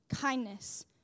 kindness